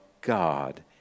God